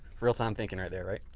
real-time thinking right there, right?